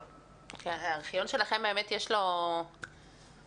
הארכיון שלכם, האמת, יש לו --- אוצר.